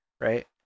right